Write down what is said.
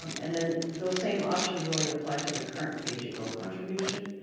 um and then those same options really apply to the current pay-as-you-go contribution,